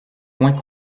coin